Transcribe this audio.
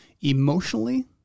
emotionally